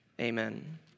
Amen